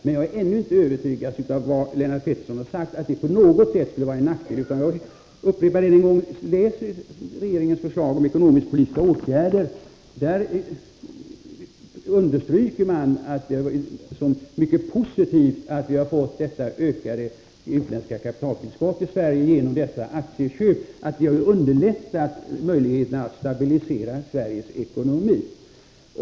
Men jag har ännu inte övertygats av vad Lennart Pettersson har sagt om att detta skulle vara till nackdel för Sverige, utan jag upprepar ännu en gång: Läs regeringens förslag om ekonomisk-politiska åtgärder, där regeringen understryker att det är mycket positivt att vi har fått detta ökade utländska kapitaltillskottet till Sverige genom dessa aktieköp. Det har underlättat möjligheten att stabilisera Sveriges ekonomi.